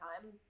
time